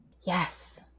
Yes